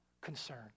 concern